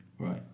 Right